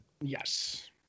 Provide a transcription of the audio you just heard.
Yes